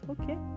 Okay